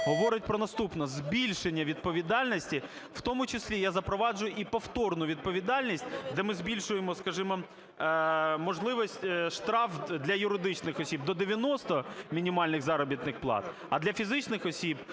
говорить про наступне: збільшення відповідальності. В тому числі я запроваджую і повторну відповідальність, де ми збільшуємо, скажімо, можливість штраф для юридичних осіб до 90 мінімальних заробітних плат, а для фізичних осіб -